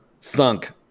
Thunk